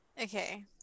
Okay